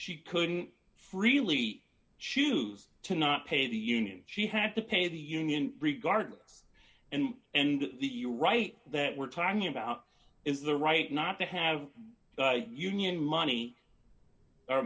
she couldn't freely choose to not pay the union she had to pay the union regardless and and the you right that we're talking about is the right not to have union money or